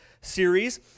series